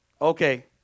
Okay